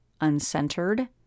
uncentered